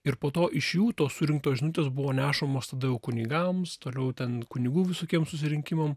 ir po to iš jų tos surinktos žinutės buvo nešamos tada jau kunigams toliau ten kunigų visokiems susirinkimam